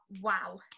wow